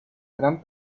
gran